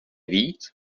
víc